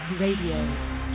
Radio